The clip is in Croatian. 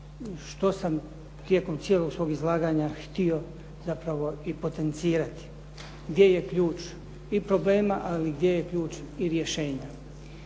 što sam tijekom cijelog svog izlaganja htio zapravo i potencirati gdje je ključ i problema, ali gdje je ključ i rješenja.